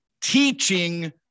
teaching